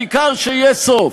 העיקר שיהיה סוף,